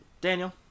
Daniel